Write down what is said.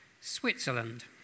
Switzerland